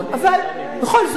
אבל בכל זאת,